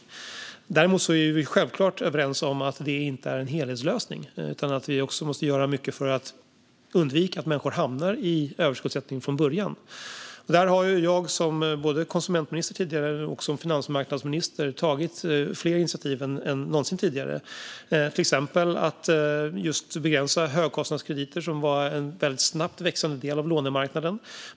Vi är däremot självklart överens om att det här inte är en helhetslösning. Vi måste göra mycket för att människor från början ska undvika att hamna i överskuldsättning. Jag har både som tidigare konsumentminister och nu som finansmarknadsminister tagit fler initiativ än vad som någonsin tidigare har gjorts. Exempelvis har begränsningar gjorts för högkostnadskrediter, som var en väldigt snabbt växande del av lånemarknaden.